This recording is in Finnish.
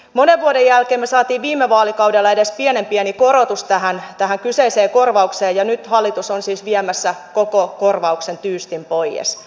monen vuoden jälkeen saatiin viime vaalikaudella edes pienen pieni korotus tähän kyseiseen korvaukseen ja nyt hallitus on siis viemässä koko korvauksen tyystin pois